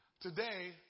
today